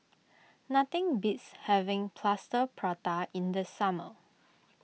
nothing beats having Plaster Prata in the summer